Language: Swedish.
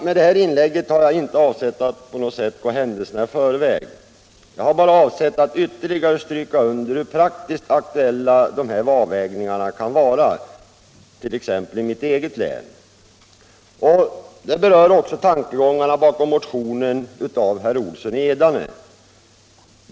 Med det här inlägget har jag inte avsett att på något sätt gå händelserna i förväg, utan jag har bara avsett att ytterligare stryka under hur praktiskt sett aktuella de här avvägningarna kan vara, t.ex. i mitt eget län. De berör också tankegångarna bakom motionen 140 av herr Olsson i Edane m.fl.